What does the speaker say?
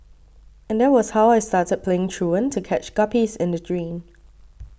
and that was how I started playing truant to catch guppies in the drain